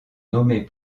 nommés